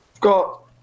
got